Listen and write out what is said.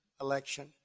election